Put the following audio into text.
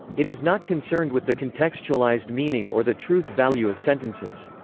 it is not concerned with the contextualized meaning or the truth-value of sentences.